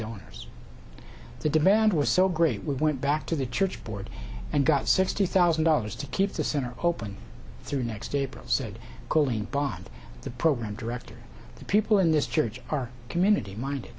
donors the demand was so great we went back to the church board and got sixty thousand dollars to keep the center open through next april said colin bond the program director the people in this church are community mind